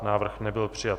Návrh nebyl přijat.